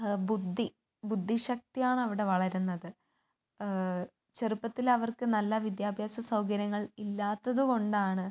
ബുദ്ധി ബുദ്ധി ശക്തി ആണവിടെ വളരുന്നത് ചെറുപ്പത്തിലവർക്ക് നല്ല വിദ്യാഭ്യാസ സൗകര്യങ്ങൾ ഇല്ലാത്തത് കൊണ്ടാണ്